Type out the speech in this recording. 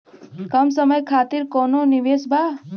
कम समय खातिर कौनो निवेश बा?